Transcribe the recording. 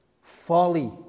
Folly